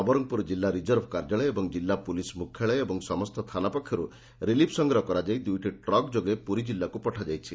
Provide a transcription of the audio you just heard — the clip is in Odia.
ନବରଙ୍ଙପୁର ଜିଲ୍ଲ ରିଜର୍ଭ କାର୍ଯ୍ୟାଳୟ ଓ କିଲ୍ଲା ପୁଲିସ୍ ମୁଖ୍ୟାଳୟ ଓ ସମସ୍ତ ଥାନା ପକ୍ଷରୁ ରିଲିଫ୍ ସଂଗ୍ରହ କରାଯାଇ ଦୁଇଟି ଟ୍ରକ୍ ଯୋଗେ ପୁରୀ ଜିଲ୍ଲାକୁ ପଠାଯାଇଛି